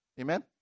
Amen